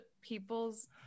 people's